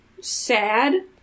sad